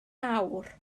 awr